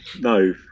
no